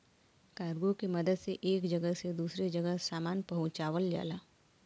cargo के मदद से एक जगह से दूसरे जगह सामान पहुँचावल जाला